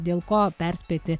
dėl ko perspėti